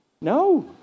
No